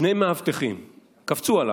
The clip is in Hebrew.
שני מאבטחים קפצו עליו,